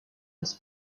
els